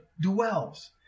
dwells